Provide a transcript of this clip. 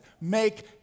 Make